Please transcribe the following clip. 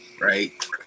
right